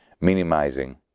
minimizing